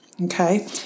okay